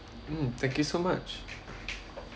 mm thank you so much